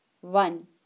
One